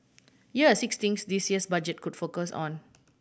here are six things this year's Budget could focus on